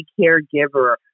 caregiver